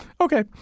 Okay